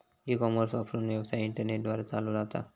E commerce वापरून, व्यवसाय internet द्वारे चालवलो जाता